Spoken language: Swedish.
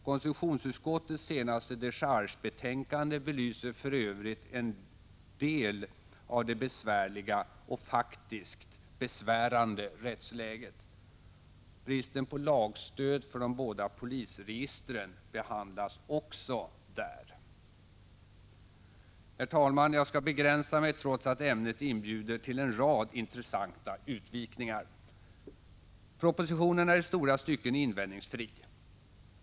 Konstitutionsutskottets senaste dechargebetänkande belyser för övrigt en del av det besvärliga och faktiskt besvärande rättsläget. Bristen på lagstöd för de båda polisregistren behandlas också där. Herr talman! Jag skall begränsa mig, trots att ämnet inbjuder till en rad intressanta utvikningar. Propositionen är i stora stycken invändningsfri.